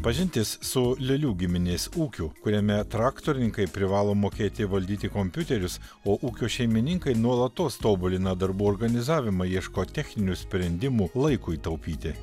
pažintis su lialių giminės ūkiu kuriame traktorininkai privalo mokėti valdyti kompiuterius o ūkio šeimininkai nuolatos tobulina darbų organizavimą ieško techninių sprendimų laikui taupyti